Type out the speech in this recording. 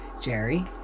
Jerry